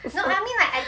what for